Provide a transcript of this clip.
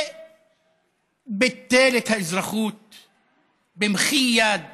וביטל במחי יד